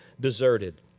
deserted